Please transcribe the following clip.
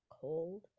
cold